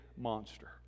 monster